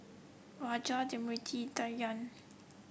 Raja Smriti Dhyan